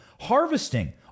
harvesting